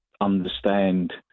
understand